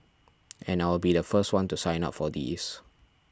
and I will be the first one to sign up for these